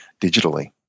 digitally